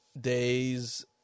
days